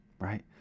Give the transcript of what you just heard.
right